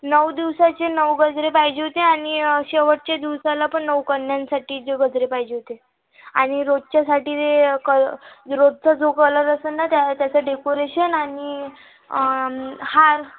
नऊ दिवसाचे नऊ गजरे पाहिजे होते आणि शेवटचे दिवसाला पण नऊ कन्यांसाठी जे गजरे पाहिजे होते आणि रोजच्यासाठी जे कळ रोजचा जो कलर असेल ना त्याचं डेकोरेशन आणि हार